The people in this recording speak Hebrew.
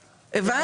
הבנת?